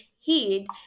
heed